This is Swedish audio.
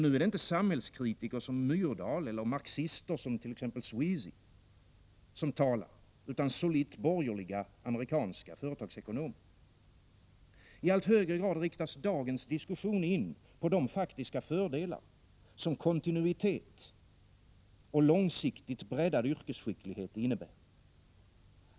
Nu är det inte samhällskritiker som Myrdal eller marxister som t.ex. Sweezy som talar, utan solitt borgerliga amerikanska företagsekonomer. I allt högre grad riktas dagens diskussion in på de faktiska fördelar som kontinuitet och långsiktigt breddad yrkesskicklighet innebär.